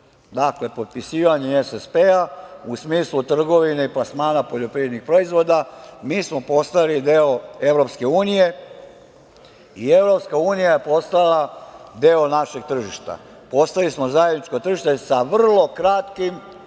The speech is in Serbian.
dakle potpisivanjem SSP-a u smislu trgovine i plasmana poljoprivrednih proizvoda, mi smo postali deo Evropske unije i EU je postala deo našeg tržišta. Postali smo zajedničko tržište sa vrlo kratkim rokom